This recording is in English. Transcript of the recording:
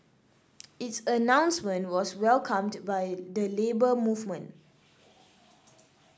its announcement was welcomed by the Labour Movement